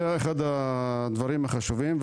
זה אחד הדברים החשובים,